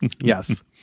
yes